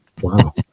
Wow